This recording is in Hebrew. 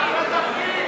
אחלה תפקיד.